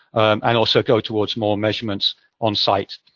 and also go towards more measurements onsite.